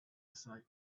aside